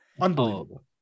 Unbelievable